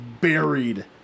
buried